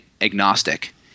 agnostic